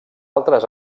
altres